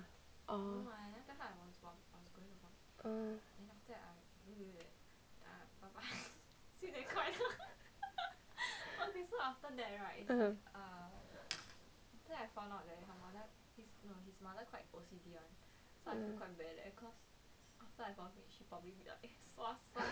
oh mm mm